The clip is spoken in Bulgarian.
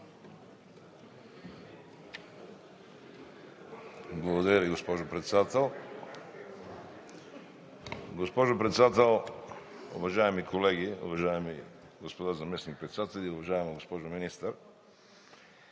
Благодаря Ви, госпожо Председател. Госпожо Председател, уважаеми колеги, уважаеми господа заместник-председатели и уважаема госпожо Министър!